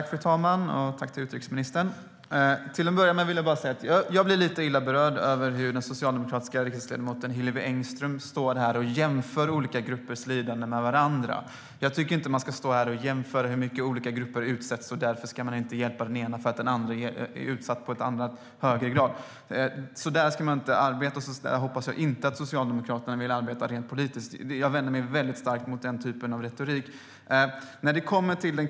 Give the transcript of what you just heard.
Fru talman! Tack, utrikesministern! Till att börja med vill jag säga att jag blir lite illa berörd över hur den socialdemokratiska riksdagsledamoten Hillevi Larsson står här och jämför olika gruppers lidande med varandra. Jag tycker inte att man ska stå här och jämföra hur mycket olika grupper utsätts och att man därför inte ska hjälpa den ena eftersom den andra är utsatt i ännu högre grad. Så ska man inte arbeta, och jag hoppas att Socialdemokraterna inte vill arbeta så rent politiskt. Jag vänder mig väldigt starkt emot den typen av retorik.